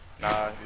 Nah